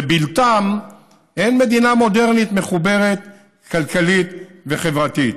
ובלתם אין מדינה מודרנית מחוברת כלכלית וחברתית,